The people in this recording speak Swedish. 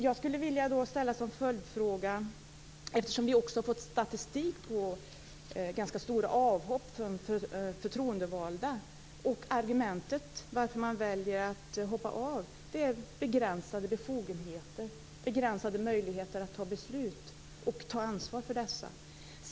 Jag skulle vilja ställa en följdfråga, eftersom vi också har fått statistik på ganska stora avhopp av förtroendevalda. Man väljer att hoppa av på grund av begränsade befogenheter och begränsade möjligheter att fatta beslut och att ta ansvar för dessa.